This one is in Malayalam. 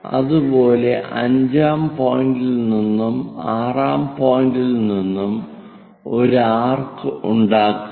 അതുപോലെ അഞ്ചാം പോയിന്റിൽ നിന്നും ആറാം പോയിന്റിൽ നിന്നും ഒരു ആർക്ക് ഉണ്ടാക്കുക